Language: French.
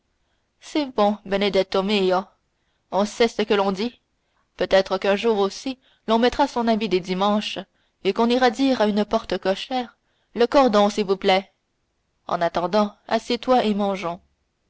c'est bon benedetto mio on sait ce que l'on dit peut-être qu'un jour aussi l'on mettra son habit des dimanches et qu'on ira dire à une porte cochère le cordon s'il vous plaît en attendant assieds-toi et mangeons